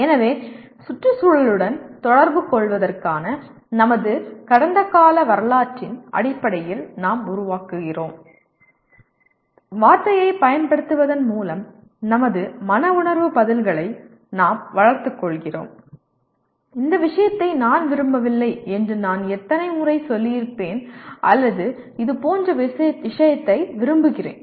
எனவே சுற்றுச்சூழலுடன் தொடர்புகொள்வதற்கான நமது கடந்த கால வரலாற்றின் அடிப்படையில் நாம் உருவாகிறோம் வார்த்தையைப் பயன்படுத்துவதன் மூலம் நமது மன உணர்வு பதில்களை நாம் வளர்த்துக் கொள்கிறோம் இந்த விஷயத்தை நான் விரும்பவில்லை என்று நான் எத்தனை முறை சொல்லியிருப்பேன் அல்லது இது போன்ற விஷயத்தை விரும்புகிறேன்